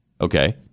Okay